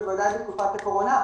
בוודאי בתקופת הקורונה.